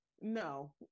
No